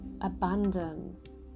abundance